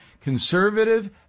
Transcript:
conservative